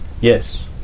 yes